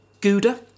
gouda